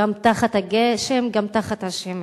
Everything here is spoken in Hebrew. גם תחת הגשם וגם תחת השמש,